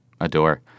adore